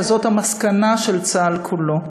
אלא זאת המסקנה של צה"ל כולו.